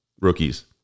rookies